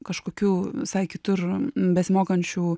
kažkokių visai kitur besimokančių